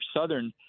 southern